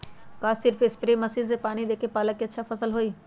का सिर्फ spray machine से पानी देके पालक के अच्छा फसल होई?